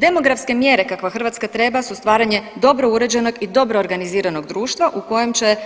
Demografske mjere kakva Hrvatska treba su stvaranje dobro uređenog i dobro organiziranog društva u kojem će